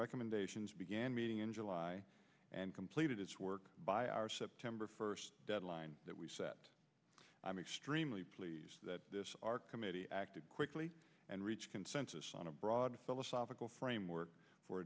recommendations began meeting in july and completed its work by our september first deadline that we set i'm extremely pleased that our committee acted quickly and reached consensus on a broad philosophical framework